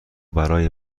برای